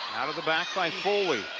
out of the back by foley